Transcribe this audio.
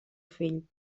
fill